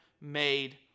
made